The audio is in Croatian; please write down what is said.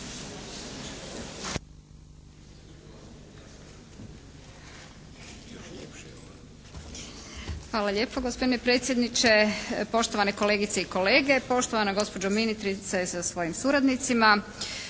Hvala lijepo gospodine predsjedniče. Poštovane kolegice i kolege, poštovana gospođo ministrice sa svojim suradnicima.